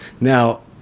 now